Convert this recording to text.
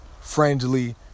friendly